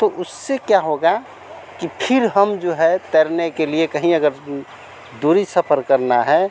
तो उससे क्या होगा कि फिर हम जो है तैरने के लिए कहीं अगर दूर सफर करना है